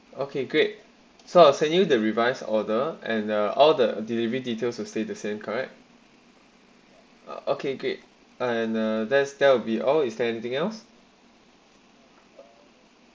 okay great so I'll send you the revised order and there are other delivery details will stay the same correct ah okay great and uh there's there'll be all is there anything else